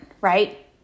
right